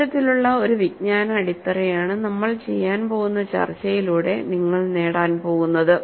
ഇത്തരത്തിലുള്ള ഒരു വിജ്ഞാന അടിത്തറയാണ് നമ്മൾ ചെയ്യാൻ പോകുന്ന ചർച്ചയിലൂടെ നിങ്ങൾ നേടാൻ പോകുന്നത്